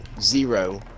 zero